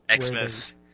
Xmas